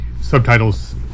subtitles